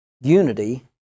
unity